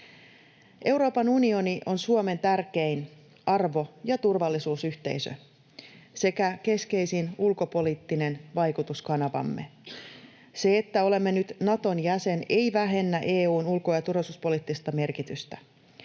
Euroopan unioni on Suomen tärkein arvo- ja turvallisuusyhteisö sekä keskeisin ulkopoliittinen vaikutuskanavamme. Se, että olemme nyt Naton jäsen, ei vähennä EU:n ulko- ja turvallisuuspoliittista merkitystä.